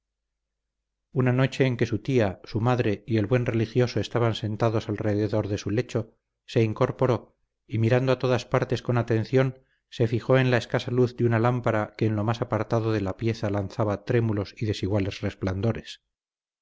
una noche en que su tía su madre y el buen religioso estaban sentados alrededor de su lecho se incorporó y mirando a todas partes con atención se fijó en la escasa luz de una lámpara que en lo más apartado de la pieza lanzaba trémulos y desiguales resplandores